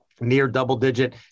near-double-digit